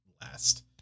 last